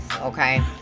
okay